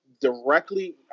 directly